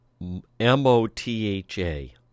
m-o-t-h-a